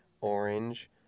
orange